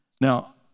Now